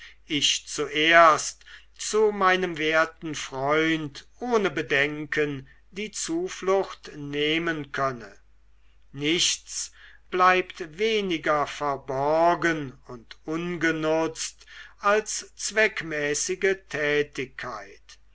ich zuerst zu meinem werten freund ohne bedenken die zuflucht nehmen könne nichts bleibt weniger verborgen und ungenutzt als zweckmäßige tätigkeit